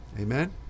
Amen